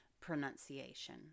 pronunciation